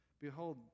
Behold